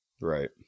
Right